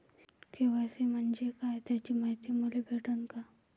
KYC म्हंजे काय त्याची मायती मले भेटन का?